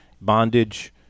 bondage